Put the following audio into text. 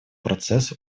процессу